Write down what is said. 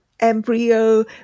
embryo